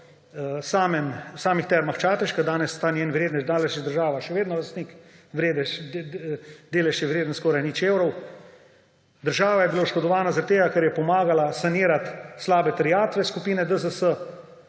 samih Termah Čatež, ker danes ta njen – danes je država še vedno lastnik – delež je vreden skoraj nič evrov. Država je bila oškodovana zaradi tega, ker je pomagala sanirati slabe terjatve skupine DZS